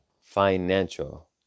financial